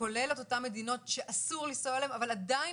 וכולל את אותן מדינות שאסור לנסוע אליהן אבל עדיין